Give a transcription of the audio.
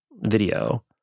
video